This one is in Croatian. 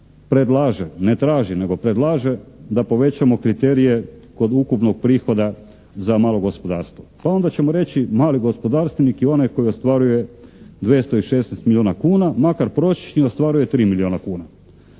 predlaže, ne traži, nego predlaže da povećamo kriterije kod ukupnog prihoda za malo gospodarstvo. Pa onda ćemo reći mali gospodarstvenik je onaj koji ostvaruje 216 milijuna kuna, makar prosječni ostvaruje 3 milijuna kuna.